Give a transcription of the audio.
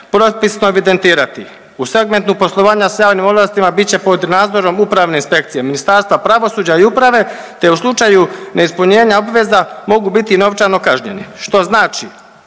propisno evidentirati, u segmentu poslovanja s javnim ovlastima bit će pod nadzorom upravne inspekcije, Ministarstvo pravosuđa i uprave te u slučaju neispunjenja obveza mogu biti i novčano kažnjeni, što znači,